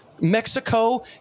Mexico